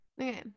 okay